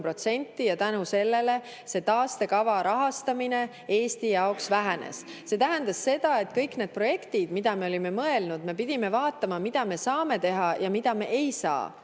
ja selle tõttu taastekava rahastamine Eesti jaoks vähenes. See tähendas seda, et kõigi nende projektide puhul, mida me olime mõelnud teha, me pidime vaatama, mida me saame teha ja mida me ei saa